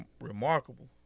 remarkable